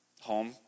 home